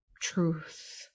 truth